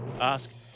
ask